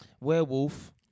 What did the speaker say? Werewolf